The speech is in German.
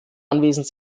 anwesend